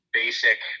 basic